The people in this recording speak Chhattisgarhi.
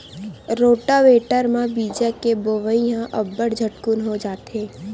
रोटावेटर म बीजा के बोवई ह अब्बड़ झटकुन हो जाथे